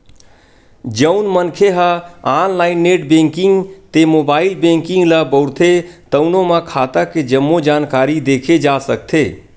जउन मनखे ह ऑनलाईन नेट बेंकिंग ते मोबाईल बेंकिंग ल बउरथे तउनो म खाता के जम्मो जानकारी देखे जा सकथे